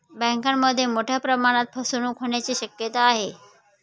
बँकांमध्ये मोठ्या प्रमाणात फसवणूक होण्याची शक्यता आहे